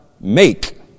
make